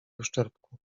uszczerbku